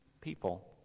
people